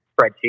spreadsheet